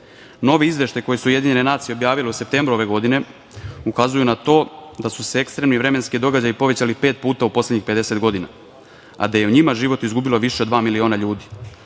izveštaji koje su UN objavile u septembru ove godine ukazuju na to da su se ekstremni vremenski događali povećali pet puta u poslednjih 50 godina, a da je u njima život izgubilo više od dva miliona ljudi,